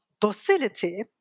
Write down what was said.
docility